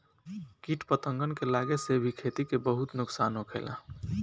किट पतंगन के लागे से भी खेती के बहुत नुक्सान होखेला